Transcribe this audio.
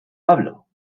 hablo